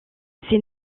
ses